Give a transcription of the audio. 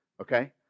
okay